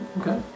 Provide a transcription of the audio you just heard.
okay